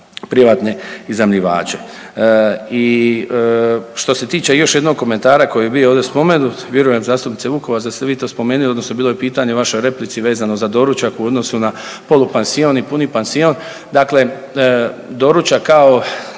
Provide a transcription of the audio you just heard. privatne iznajmljivače. I što se tiče još jednog komentara koji je bio ovdje spomenut, vjerujem zastupnice Vukovac da ste vi to spomenuli odnosno bilo je pitanje u vašoj replici vezano za doručak u odnosu na polupansion i puni pansion.